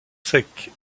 sec